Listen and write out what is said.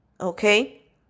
okay